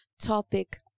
topic